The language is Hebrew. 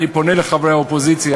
אני פונה אל חברי האופוזיציה,